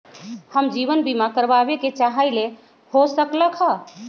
हम जीवन बीमा कारवाबे के चाहईले, हो सकलक ह?